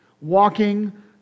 walking